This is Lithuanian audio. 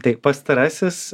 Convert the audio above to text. tai pastarasis